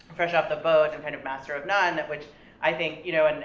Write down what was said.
fresh off the boat, and kind of master of none, which i think, you know, and